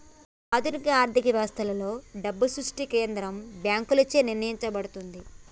ఆధునిక ఆర్థిక వ్యవస్థలలో, డబ్బు సృష్టి కేంద్ర బ్యాంకులచే నియంత్రించబడుతుంది